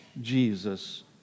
Jesus